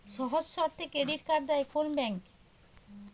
সহজ শর্তে credit card দেয় কোন ব্যাংক?